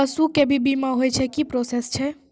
पसु के भी बीमा होय छै, की प्रोसेस छै?